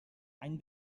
any